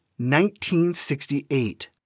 1968